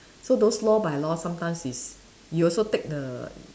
so those law by law sometimes is you also take the